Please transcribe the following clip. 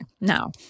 now